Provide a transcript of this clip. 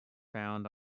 found